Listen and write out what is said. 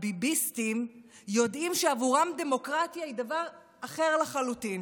הביביסטים יודעים שעבורם דמוקרטיה היא דבר אחר לחלוטין.